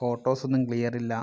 ഫോട്ടോസൊന്നും ക്ലിയറില്ല